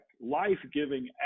life-giving